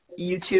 YouTube